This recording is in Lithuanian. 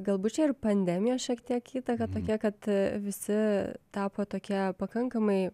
galbūt čia ir pandemijos šiek tiek įtaka tokia kad visi tapo tokie pakankamai